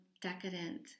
decadent